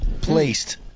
placed